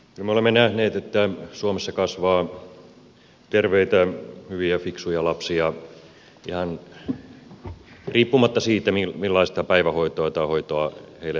me olemme nähneet että suomessa kasvaa terveitä hyviä fiksuja lapsia ihan riippumatta siitä millaista päivähoitoa tai hoitoa heille annetaan